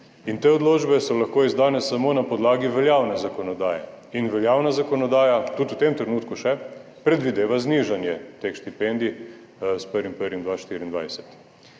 in te odločbe so lahko izdane samo na podlagi veljavne zakonodaje. In veljavna zakonodaja, tudi v tem trenutku še, predvideva znižanje teh štipendij s 1. 1. 2024.